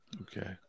Okay